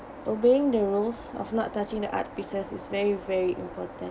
obeying the rules of not touching the art pieces is very very important